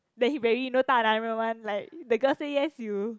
then he very know 大男人 [one] like the girl say yes you